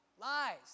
lies